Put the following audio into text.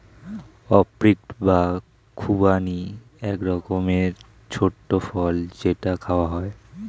apricot বা খুবানি এক রকমের ছোট্ট ফল যেটা খাওয়া হয়